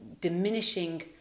diminishing